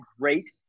great